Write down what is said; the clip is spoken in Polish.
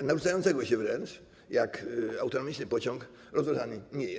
narzucającego się wręcz, jak autonomiczny pociąg rozważane nie jest.